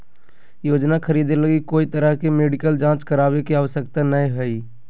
योजना खरीदे लगी कोय तरह के मेडिकल जांच करावे के आवश्यकता नयय हइ